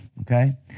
okay